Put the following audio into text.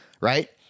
right